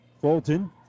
Fulton